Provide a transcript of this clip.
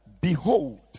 behold